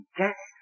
guess